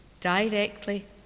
directly